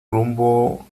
rumbo